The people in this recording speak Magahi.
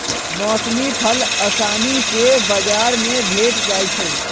मौसमी फल असानी से बजार में भेंट जाइ छइ